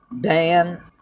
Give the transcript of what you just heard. Dan